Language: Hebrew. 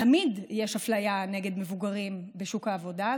תמיד יש אפליה נגד מבוגרים בשוק העבודה,